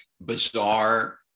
bizarre